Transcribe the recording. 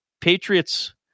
Patriots